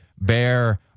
Bear